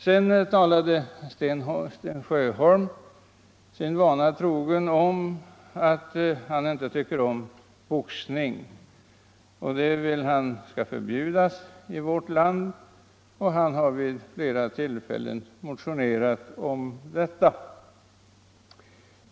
Sedan förklarade herr Sjöholm sin vana trogen att han inte tycker om boxning. Herr Sjöholm vill att boxningen skall förbjudas i vårt land. Det har han också motionerat om vid flera tidigare tillfällen.